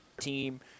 team